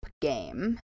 game